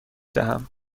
دهم